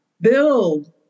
Build